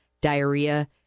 diarrhea